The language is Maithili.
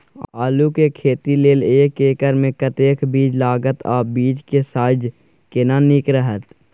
आलू के खेती लेल एक एकर मे कतेक बीज लागत आ बीज के साइज केना नीक रहत?